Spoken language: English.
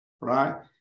right